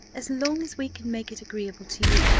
as long as we can make it agreeable to you,